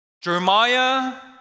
Jeremiah